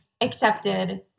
accepted